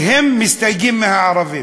והם מסתייגים מהערבים.